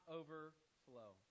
overflow